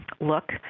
look